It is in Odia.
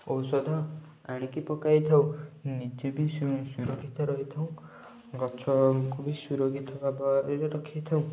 ଔଷଧ ଆଣିକି ପକାଇ ଥାଉ ନିଜେ ବି ସୁ ସୁରକ୍ଷିତ ରହିଥାଉ ଗଛଙ୍କୁ ବି ସୁରକ୍ଷିତ ଭାବରେ ବି ରଖିଥାଉ